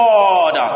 Lord